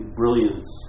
brilliance